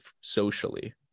socially